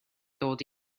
dod